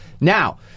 Now